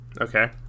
Okay